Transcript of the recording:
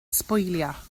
sbwylio